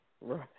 right